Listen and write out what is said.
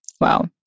Wow